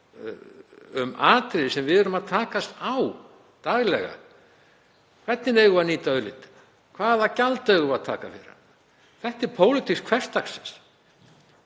um atriði sem við erum að takast á um daglega, sem er hættulegt. Hvernig eigum við að nýta auðlindina? Hvaða gjald eigum við að taka fyrir hana? Þetta er pólitík hversdagsins.